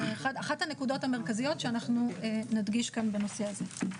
זו אחת הנקודות המרכזיות שאנחנו נדגיש כאן בנושא הזה.